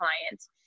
clients